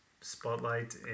Spotlight